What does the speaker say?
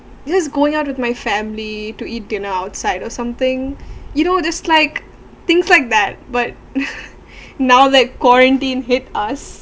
just going out with my family to eat dinner outside or something you know just like things like that but now that quarantine hit us